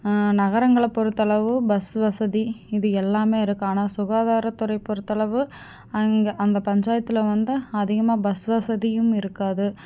நகரங்கள பொருத்தளவு பஸ் வசதி இது எல்லாமே இருக்கும் ஆனால் சுகாதாரத்துறை பொறுத்தளவு அங்கே அந்த பஞ்சாயத்தில் வந்து அதிகமாக பஸ் வசதியும் இருக்காது